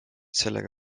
sellega